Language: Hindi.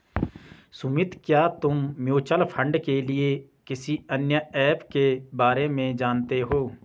सुमित, क्या तुम म्यूचुअल फंड के लिए किसी अन्य ऐप के बारे में जानते हो?